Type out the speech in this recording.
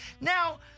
Now